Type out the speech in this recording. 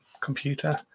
computer